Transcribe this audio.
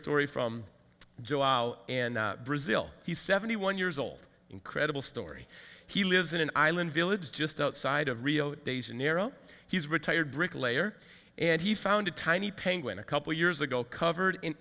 story from joe in brazil he's seventy one years old incredible story he lives in an island village just outside of rio de janeiro he's a retired bricklayer and he found a tiny penguin a couple of years ago covered in